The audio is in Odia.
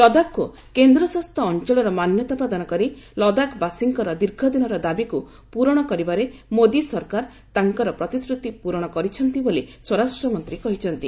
ଲଦାଖକୁ କେନ୍ଦ୍ରଶାସିତ ଅଞ୍ଚଳର ମାନ୍ୟତା ପ୍ରଦାନ କରି ଲଦାଖବାସୀଙ୍କର ଦୀର୍ଘଦିନର ଦାବିକୁ ପୂରଣ କରିବାରେ ମୋଦୀ ସରକାର ତାଙ୍କର ପ୍ରତିଶ୍ରତି ପୂରଣ କରିଛନ୍ତି ବୋଲି ସ୍ୱରାଷ୍ଟ୍ରମନ୍ତ୍ରୀ କହିଛନ୍ତି